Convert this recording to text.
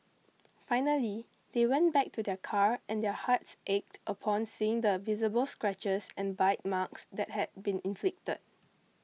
finally they went back to their car and their hearts ached upon seeing the visible scratches and bite marks that had been inflicted